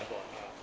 AirPod ah